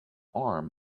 arm